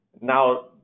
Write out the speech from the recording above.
Now